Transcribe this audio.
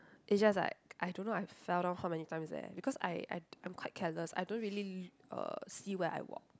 it's just like I don't know I fell down how many times leh because I I I'm quite careless I don't really uh see where I walk